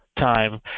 Time